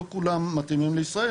לא כולם מתאימים לישראל,